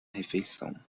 refeição